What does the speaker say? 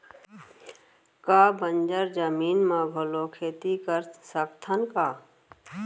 का बंजर जमीन म घलो खेती कर सकथन का?